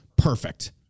Perfect